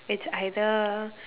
it's either